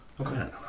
Okay